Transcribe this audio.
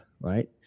right